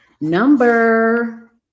Number